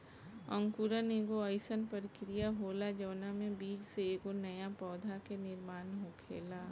अंकुरण एगो आइसन प्रक्रिया होला जवना में बीज से एगो नया पौधा के निर्माण होखेला